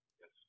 Yes